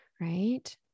Right